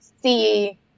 see